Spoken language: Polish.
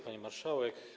Pani Marszałek!